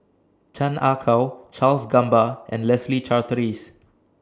Chan Ah Kow Charles Gamba and Leslie Charteris